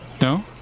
No